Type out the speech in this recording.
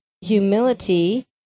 Humility